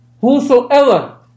Whosoever